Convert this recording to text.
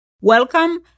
Welcome